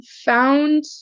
found